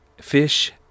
fish